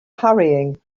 hurrying